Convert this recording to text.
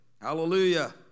Hallelujah